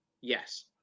Yes